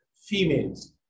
females